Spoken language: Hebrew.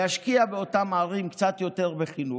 להשקיע באותן ערים קצת יותר בחינוך,